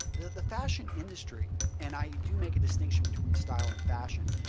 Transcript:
the the fashion industry and i do make a distinction between style and fashion.